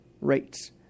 rates